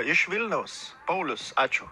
iš vilniaus paulius ačiū